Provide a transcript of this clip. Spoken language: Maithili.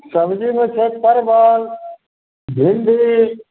सब्जीमे छै परबल भिण्डी